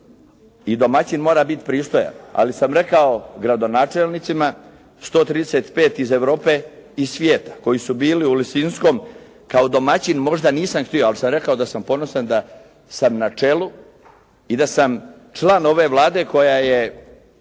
I domaćin mora biti pristojan. Ali sam rekao gradonačelnicima 135 iz Europe i svijeta koji su bili u Lisinskom. Kao domaćin možda nisam htio, ali sam rekao da sam ponosan da sam na čelu i da sam član ove Vlade koja je